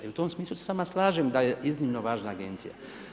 I u tom smislu se s vama slažem da je iznimno važna agencija.